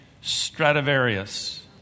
Stradivarius